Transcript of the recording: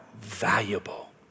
valuable